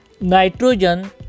nitrogen